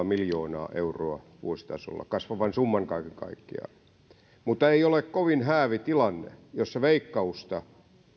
miljoonaa euroa vuositasolla kasvavan summan kaiken kaikkiaan mutta ei ole kovin häävi tilanne jossa veikkausta